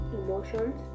emotions